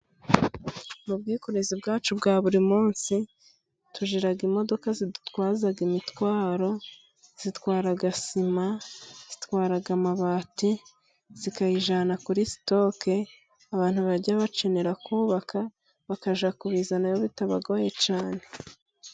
Mu bwikorezi bwacu bwa buri munsi， tugira imodoka zidutwaza imitwaro，zitwara sima， zitwara amabati zikayajyana kuri sitoke， abantu bajya bakenera kubaka， bakajya kubizanayo bitabagoye cyane.